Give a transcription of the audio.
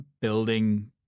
building